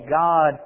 God